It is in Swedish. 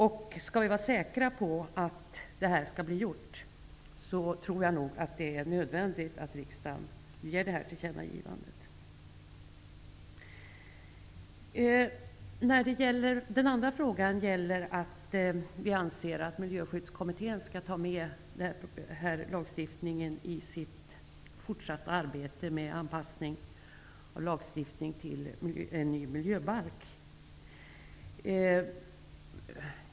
För att vi skall kunna vara säkra på att detta blir gjort tror jag nog att det är nödvändigt att riksdagen gör nämnda tillkännagivande. Beträffande den andra punkten där vi har en avvikande mening anser vi att Miljöskyddskommittén skall ta med den här lagstiftningen i sitt fortsatta arbete med anpassningen av lagstiftningen till en ny miljöbalk.